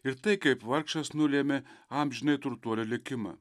ir tai kaip vargšas nulėmė amžinąjį turtuolio likimą